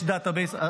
יש database.